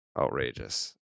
outrageous